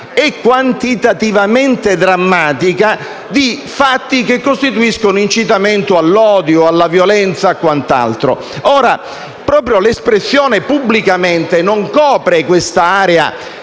e quantitativamente drammatica di fatti che costituiscono incitamento all'odio, alla violenza e quant'altro. L'espressione «pubblicamente» non copre quest'area